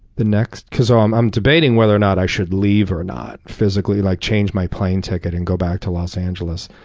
the next because um i'm debating whether or not i should leave or not, physically like change my plane ticket and go back to los angeles.